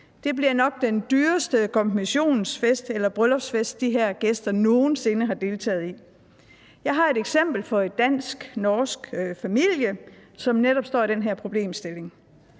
Det bliver nok den dyreste konfirmationsfest eller bryllupsfest, de her gæster nogen sinde har deltaget i. Jeg har et eksempel fra en dansk-norsk familie, som netop står med den her problemstilling.